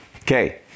Okay